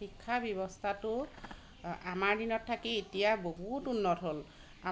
শিক্ষা ব্যৱস্থাটো আমাৰ দিনত থাকি এতিয়া বহুত উন্নত হ'ল